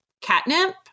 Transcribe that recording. catnip